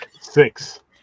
Six